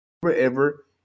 wherever